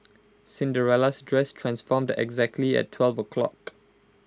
Cinderella's dress transformed exactly at twelve o'clock